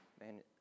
man